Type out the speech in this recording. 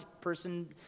person